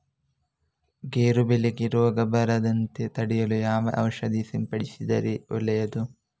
ಗೇರು ಬೆಳೆಗೆ ರೋಗ ಬರದಂತೆ ತಡೆಯಲು ಯಾವ ಔಷಧಿ ಸಿಂಪಡಿಸಿದರೆ ಒಳ್ಳೆಯದು?